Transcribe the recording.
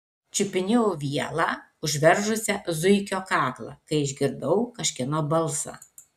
čiupinėjau vielą užveržusią zuikio kaklą kai išgirdau kažkieno balsą